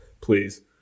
Please